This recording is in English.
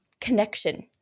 connection